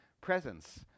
presence